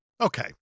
Okay